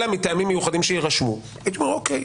אלא מטעמים מיוחדים שיירשמו יגידו אוקיי,